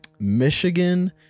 Michigan